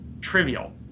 trivial